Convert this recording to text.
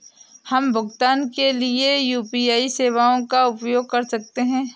हम भुगतान के लिए यू.पी.आई सेवाओं का उपयोग कैसे कर सकते हैं?